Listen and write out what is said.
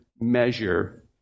measure